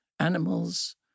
animals